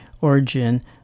origin